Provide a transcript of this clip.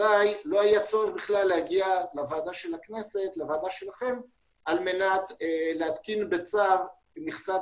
אזי לא היה צורך בכלל להגיע לוועדה של הכנסת על מנת להתקין בצו מכסת